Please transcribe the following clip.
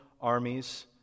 armies